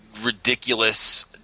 ridiculous